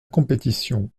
compétition